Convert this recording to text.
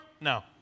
No